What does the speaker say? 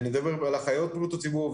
אני מדבר על אחיות בריאות הציבור,